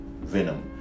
Venom